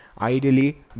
Ideally